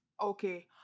Okay